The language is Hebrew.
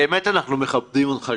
אנחנו מכבדים אותך,